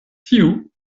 tiu